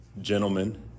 gentlemen